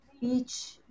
beach